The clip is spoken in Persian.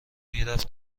میرفت